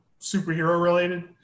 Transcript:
superhero-related